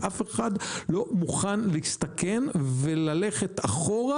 ואף אחד לא מוכן להסתכן וללכת אחורה